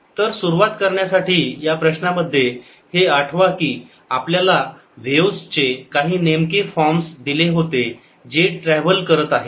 तर सुरुवात करण्यासाठी या प्रश्नामध्ये हे आठवा कि आपल्याला व्हेव्जचे काही नेमके फॉर्मस दिले होते जे ट्रॅव्हल करत आहेत